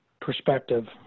perspective